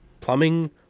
plumbing